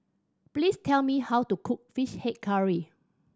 please tell me how to cook Fish Head Curry